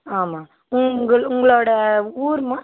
ஆமாம் உங்கள் உங்களோட ஊருமா